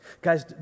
Guys